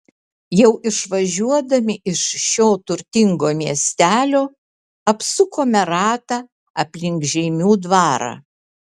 jau išvažiuodami iš šio turtingo miestelio apsukame ratą aplink žeimių dvarą